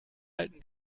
alten